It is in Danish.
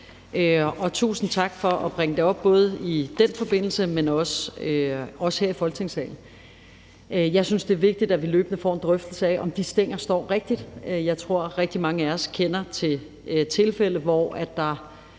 og tusind tak for at bringe det op, både i den forbindelse, men også her i Folketingssalen. Jeg synes, det er vigtigt, at vi løbende får en drøftelse af, om de stænger står rigtigt. Jeg tror, at rigtig mange af os kender til tilfælde, hvor der